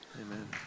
Amen